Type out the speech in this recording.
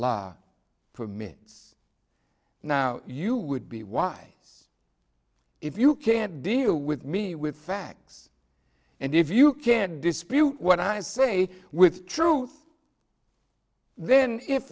law permits now you would be why if you can't deal with me with facts and if you can't dispute what i say with truth then if